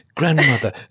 grandmother